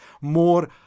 more